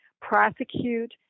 prosecute